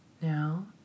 now